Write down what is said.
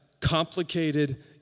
complicated